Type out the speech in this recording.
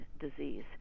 disease